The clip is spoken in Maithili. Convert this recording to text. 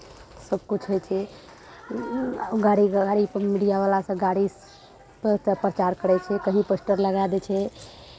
सभकिछु होइ छै गाड़ी गाड़ीपर मीडियावला सभ गाड़ी परके प्रचार करै छै कहीँ पोस्टर लगाए दै छै